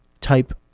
Type